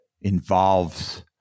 involves